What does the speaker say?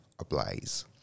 ablaze